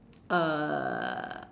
uh